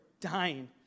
dying